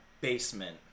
basement